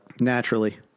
naturally